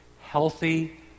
healthy